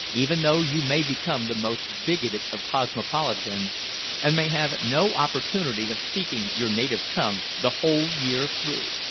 even though you may become the most bigoted of cosmopolitans and may have no opportunity of speaking your native tongue the whole year through.